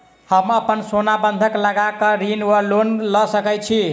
हम अप्पन सोना बंधक लगा कऽ ऋण वा लोन लऽ सकै छी?